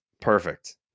Perfect